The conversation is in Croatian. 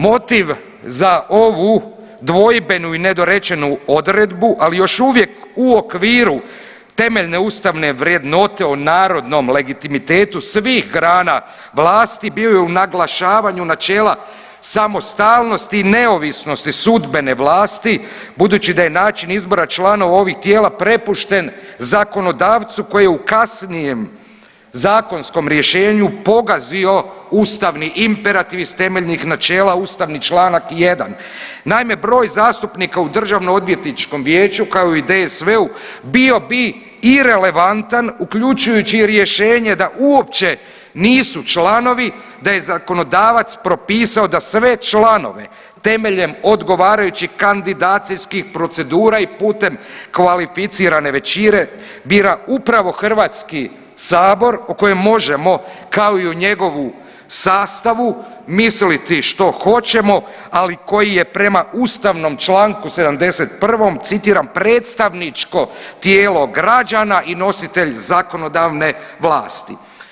Motiv za ovu dvojbenu i nedorečenu odredbu, ali još uvijek u okviru temeljne ustavne vrjednote o narodnom legitimitetu svih grana vlasti bio je u naglašavanju načela samostalnosti i neovisnosti sudbene vlasti, budući da je način izbora članova ovih tijela prepušten zakonodavcu koji je u kasnijem zakonskom rješenju pogazio ustavni imperativ iz temeljnih načela ustavni čl. 1. Naime, broj zastupnika u DOV-u kao i u DSV-u bio bi irelevantan uključujući i rješenje da uopće nisu članovi da je zakonodavac propisao da sve članove temeljem odgovarajućih kandidacijskih procedura i putem kvalificirane većine bira upravo HS o kojem možemo kao i o njegovu sastavu misliti što hoćemo, ali koji je prema ustavnom čl. 71. citiram „predstavničko tijelo građana i nositelj zakonodavne vlasti“